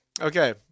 Okay